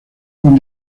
con